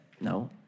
no